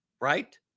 Right